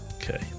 Okay